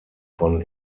von